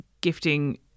gifting